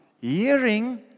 Hearing